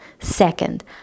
Second